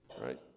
right